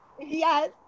yes